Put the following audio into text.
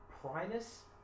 Primus